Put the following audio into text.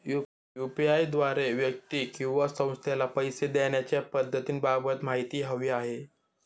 UPI द्वारे व्यक्ती किंवा संस्थेला पैसे देण्याच्या पद्धतींबाबत माहिती हवी आहे